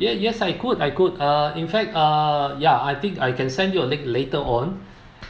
yes yes I could I could uh in fact uh ya I think I can send you a link later on